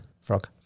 Frog